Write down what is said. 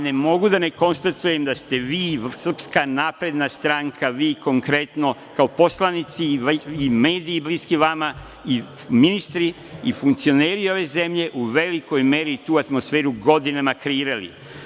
Ne mogu da ne konstatujem da ste vi i SNS, vi konkretno kao poslanici i mediji bliski vama i ministri i funkcioneri ove zemlje u velikoj meri tu atmosferu godinama kreirali.